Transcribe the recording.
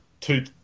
two